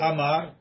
Amar